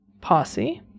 posse